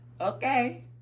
Okay